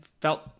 felt